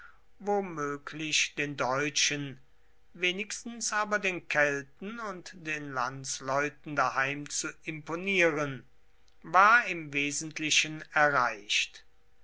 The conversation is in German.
womöglich den deutschen wenigstens aber den kelten und den landsleuten daheim zu imponieren war im wesentlichen erreicht